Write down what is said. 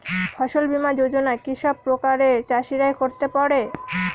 ফসল বীমা যোজনা কি সব প্রকারের চাষীরাই করতে পরে?